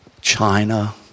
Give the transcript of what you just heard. China